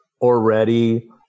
already